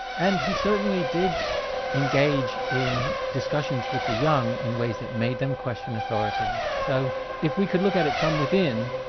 and he certainly did engage in discussions with the young in ways that made them question authority. so if we can look at it from within,